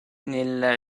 nella